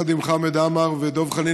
אני יחד עם חברי הכנסת חמד עמאר ודב חנין,